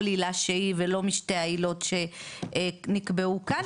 עילה שהיא ולא משתי העילות שנקבעו כאן,